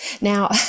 now